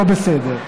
לא בסדר.